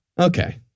Okay